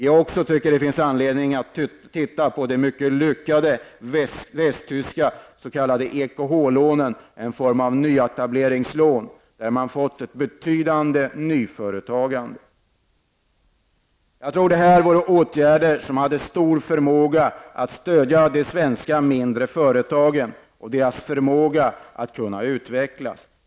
Det finns också anledning att se på de mycket lyckade västtyska s.k. EKH-lånen. Det är en form av nyetableringslån, som har möjliggjort ett betydande nyföretagande. Jag tror att det här skulle vara åtgärder som i hög grad skulle stödja de svenska mindre företagen och förbättra deras förmåga att utvecklas.